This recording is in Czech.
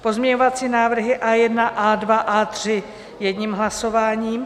Pozměňovací návrhy A1, A2, A3 jedním hlasováním.